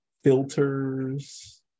filters